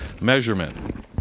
measurement